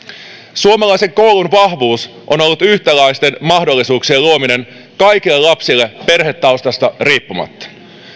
suomalaisen koulun vahvuus on ollut yhtäläisten mahdollisuuksien luomisessa kaikille lapsille perhetaustasta riippumatta